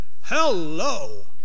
hello